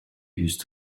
used